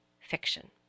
fiction